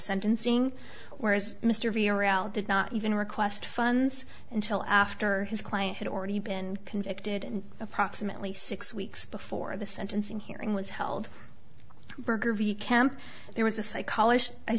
sentencing whereas mr v aroud not even request funds until after his client had already been convicted and approximately six weeks before the sentencing hearing was held berger v camp there was a psychologist i